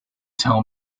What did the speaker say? tell